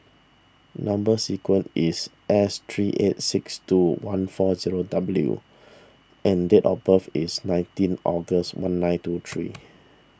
Number Sequence is S three eight six two one four zero W and date of birth is nineteen August one nine two three